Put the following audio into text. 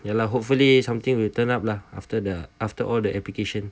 ya lah hopefully something will turn up lah after the after all the application